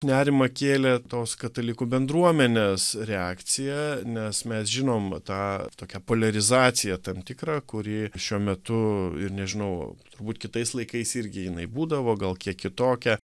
nerimą kėlė tos katalikų bendruomenės reakcija nes mes žinom tą tokią poliarizaciją tam tikrą kuri šiuo metu ir nežinau turbūt kitais laikais irgi jinai būdavo gal kiek kitokia